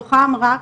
מתוכם רק